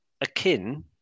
akin